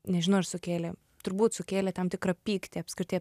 nežinau arr sukėlė turbūt sukėlė tam tikrą pyktį apskritai